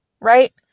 right